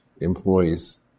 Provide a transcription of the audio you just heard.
employees